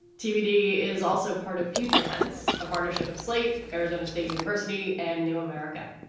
tbd is also part of future tense, a partnership of slate, arizona state university and new america.